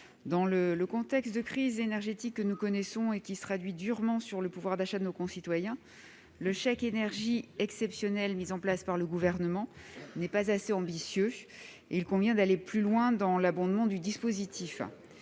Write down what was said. Dans le contexte de crise énergétique que nous connaissons et qui se traduit durement sur le pouvoir d'achat de nos concitoyens, le chèque énergie exceptionnel mis en place par le Gouvernement n'est pas assez ambitieux ; il convient d'aller plus loin dans l'abondement du dispositif.